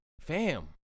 Fam